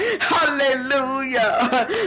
Hallelujah